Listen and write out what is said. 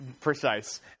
precise